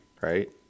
Right